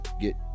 get